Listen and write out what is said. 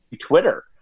Twitter